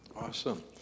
Awesome